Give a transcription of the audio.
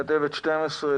כתבת 12,